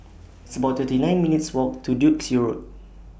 It's about thirty nine minutes' Walk to Duke's Road